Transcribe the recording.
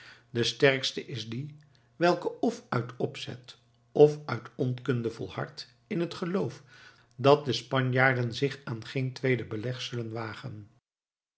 de sterkste is die welke f uit opzet f uit onkunde volhardt in het geloof dat de spanjaarden zich aan geen tweede beleg zullen wagen